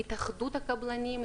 התאחדות הקבלנים.